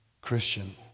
christian